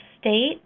state